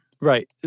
Right